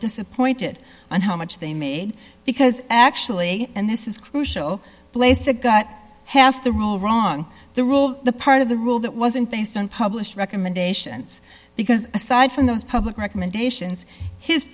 disappointed on how much they made because actually and this is crucial place a got half the rule wrong the rule the part of the rule that wasn't based on published recommendations because aside from those public recommendations his